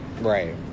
Right